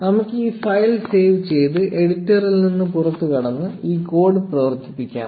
നമുക്ക് ഈ file save ചെയ്ത് എഡിറ്ററിൽ നിന്ന് പുറത്തുകടന്ന് ഈ കോഡ് പ്രവർത്തിപ്പിക്കാം